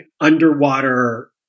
underwater